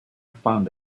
found